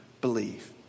believe